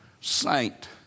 Saint